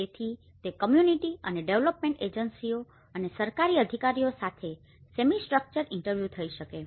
તેથી તે કમ્યુનીટી અને ડેવેલપમેન્ટ એજન્સીઓ અને સરકારી અધિકારીઓ સાથેના સેમી સ્ટ્રક્ચરડ ઇન્ટરવ્યુ થઇ શકે છે